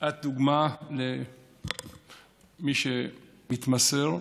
את דוגמה למי שמתמסר,